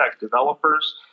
developers